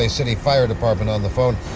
ah city fire department on the phone.